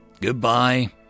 Goodbye